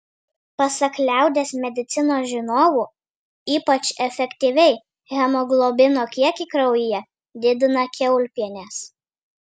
pasak liaudies medicinos žinovų ypač efektyviai hemoglobino kiekį kraujyje didina kiaulpienės